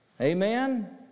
Amen